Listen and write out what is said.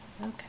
Okay